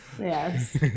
Yes